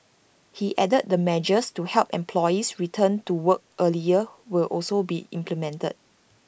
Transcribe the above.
he added that measures to help employees return to work earlier will also be implemented